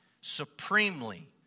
supremely